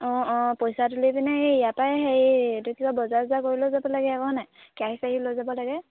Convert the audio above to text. অঁ অঁ পইচা তুলি পিনে এই ইয়াৰ পৰাই হেৰি এইটো কি কয় বজাৰ চজাৰ কৰি লৈ যাব লাগে আকৌ হয়নে কেৰাহী চেৰাহী লৈ যাব লাগে